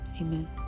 amen